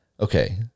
Okay